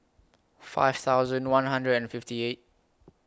five thousand one hundred and fifty eight